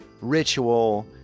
ritual